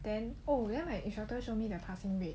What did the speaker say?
then oh ya you know my instructor show me the passing rate